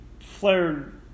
flared